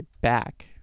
back